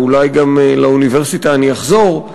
ואולי גם לאוניברסיטה אני אחזור.